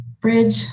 bridge